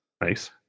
Nice